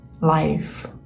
life